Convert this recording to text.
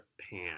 Japan